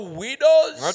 widows